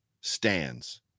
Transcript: stands